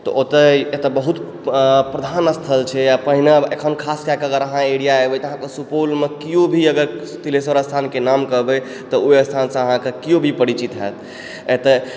तऽ ओतऽ एतऽ बहुत प्रधान स्थल छै पहिने एखन खास कए कऽ अगर अहाँ एहि एरिया एबै तऽ अहाँके सुपौलमे केओ भी अगर तिल्हेश्वर स्थानके नाम कहबै तऽ ओहि स्थानसँ अहाँके केओ भी परिचित हैत एतऽ